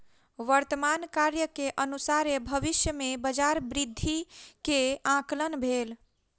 वर्तमान कार्य के अनुसारे भविष्य में बजार वृद्धि के आंकलन भेल